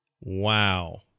Wow